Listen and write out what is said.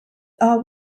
are